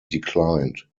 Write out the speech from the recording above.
declined